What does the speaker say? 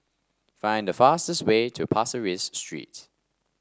find the fastest way to Pasir Ris Street